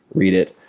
read it,